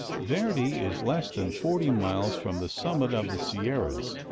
verdi is less than forty miles from the summit of the sierras,